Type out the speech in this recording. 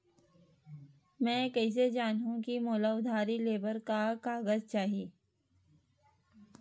मैं कइसे जानहुँ कि मोला उधारी ले बर का का कागज चाही?